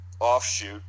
offshoot